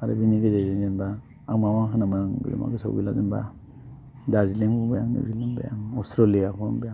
आरो बेनि गेजेरजों जेनेबा आं मा मा होनामोन आं गोसोआव गैला जेनेबा डारजिलिंखौ होनबाय आं अस्ट्रेलियाखौ होनबाय आं